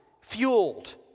fueled